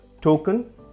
token